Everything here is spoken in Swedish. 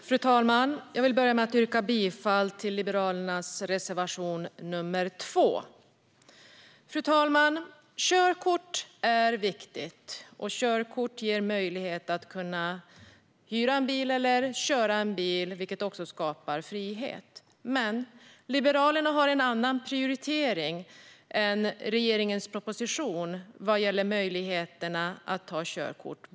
Fru talman! Jag vill börja med att yrka bifall till Liberalernas reservation nr 2. Körkort är viktigt och ger möjlighet att hyra eller köra en bil. Det skapar frihet. Men Liberalerna har en annan prioritering än regeringen vad gäller möjligheterna att ta körkort.